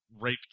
raped